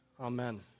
Amen